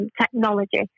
technology